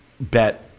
bet